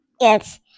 Yes